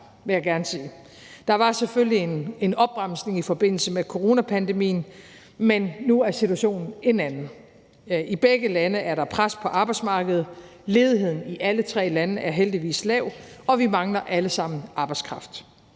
Der var selvfølgelig en opbremsning i forbindelse med coronapandemien, men nu er situationen en anden. I begge lande er der pres på arbejdsmarkedet, ledigheden i alle tre lande er heldigvis lav, og vi mangler alle sammen arbejdskraft.